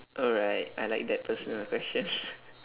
all right I like that personal question